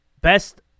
best